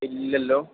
ഇല്ലല്ലോ